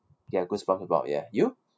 ya goosebumps about ya you